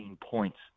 points